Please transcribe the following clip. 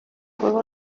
juego